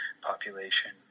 population